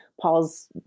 Paul's